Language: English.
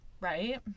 Right